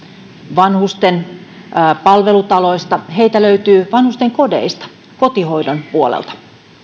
vanhusten palvelutaloista heitä löytyy vanhusten kodeista kotihoidon puolelta